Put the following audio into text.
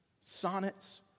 sonnets